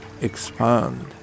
expand